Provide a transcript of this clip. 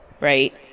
Right